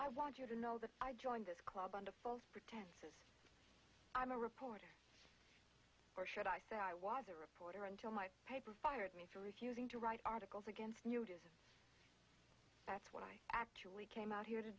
i want you to know that i joined this club under false protest i'm a reporter or should i say i was a reporter until my paper fired me for refusing to write articles against newt is that's what i actually came out here to